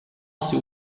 seu